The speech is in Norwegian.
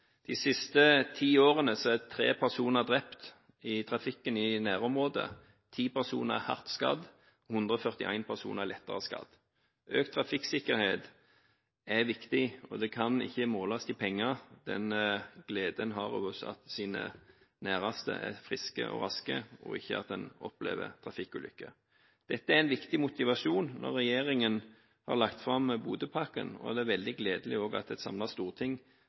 De siste ti årene er tre personer drept i trafikken i nærområdet, ti personer er hardt skadet, og 141 personer er lettere skadet. Økt trafikksikkerhet er viktig, og gleden over at ens nærmeste er friske og raske, og at en ikke opplever trafikkulykker, kan ikke måles i penger. Dette er en viktig motivasjon når regjeringen har lagt fram Bodø-pakken. Det er også gledelig at et samlet storting